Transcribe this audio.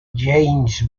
james